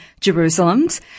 Jerusalems